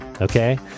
okay